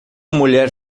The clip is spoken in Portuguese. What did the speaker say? mulher